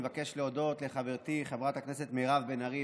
אני מבקש להודות לחברתי חברת הכנסת מירב בן ארי,